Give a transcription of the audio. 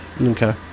Okay